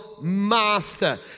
master